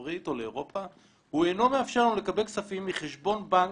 מנהלים כספים של משקיעים,